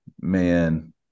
man